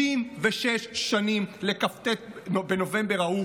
76 שנים לכ"ט בנובמבר ההוא,